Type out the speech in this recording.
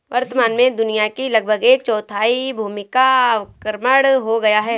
वर्तमान में दुनिया की लगभग एक चौथाई भूमि का अवक्रमण हो गया है